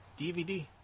DVD